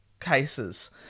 cases